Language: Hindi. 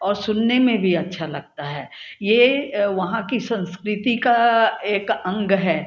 और सुनने में भी अच्छा लगता है ये वहाँ कि संस्कृति का एक अंग है